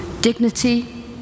Dignity